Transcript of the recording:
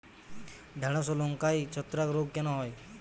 ঢ্যেড়স ও লঙ্কায় ছত্রাক রোগ কেন হয়?